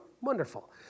wonderful